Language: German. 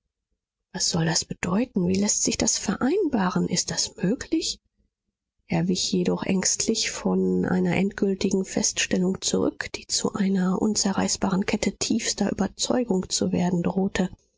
was soll das bedeuten wie läßt sich das vereinbaren ist das möglich er wich jedoch ängstlich von einer endgültigen feststellung zurück die zu einer unzerreißbaren kette tiefster überzeugung zu werden drohte